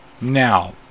now